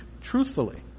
truthfully